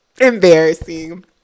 embarrassing